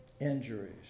injuries